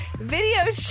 video